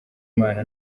imana